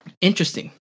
Interesting